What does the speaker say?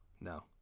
no